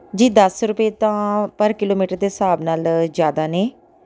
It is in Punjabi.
ਜੀ ਦਸ ਰੁਪਏ ਤਾਂ ਪਰ ਕਿਲੋਮੀਟਰ ਦੇ ਹਿਸਾਬ ਨਾਲ ਜ਼ਿਆਦਾ ਨੇ